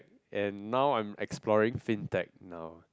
and now I'm exploring Fintech now